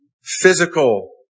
physical